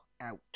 out